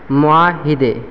معاہدے